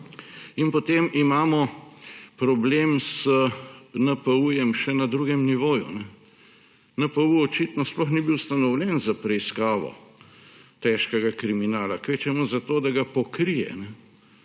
In potem imamo problem z NPU še na drugem nivoju. NPU očitno sploh ni bil ustanovljen za preiskavo težkega kriminala; kvečjemu zato, da ga pokrije.